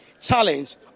challenge